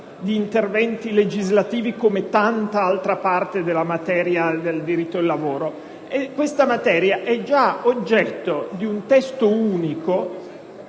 di interventi legislativi, come tanta altra parte della materia del diritto del lavoro, ma è già oggetto di un Testo unico,